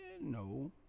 no